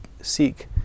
seek